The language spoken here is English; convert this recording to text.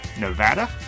Nevada